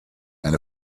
and